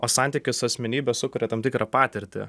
o santykis su asmenybe sukuria tam tikrą patirtį